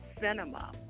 cinema